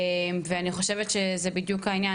ואני חושבת שזה בדיוק העניין.